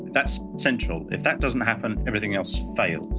that's central. if that doesn't happen, everything else fails.